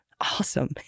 awesome